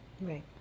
Right